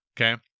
Okay